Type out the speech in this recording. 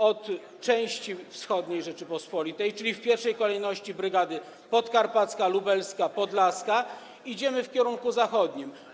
Od części wschodniej Rzeczypospolitej, czyli w pierwszej kolejności brygady podkarpacka, lubelska, podlaska, idziemy w kierunku zachodnim.